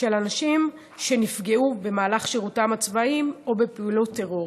של אנשים שנפגעו במהלך שירותם הצבאי או בפעולות טרור.